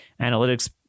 analytics